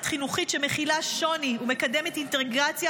חינוכית המכילה שוני ומקדמת אינטגרציה,